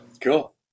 Cool